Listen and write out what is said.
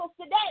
today